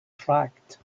tract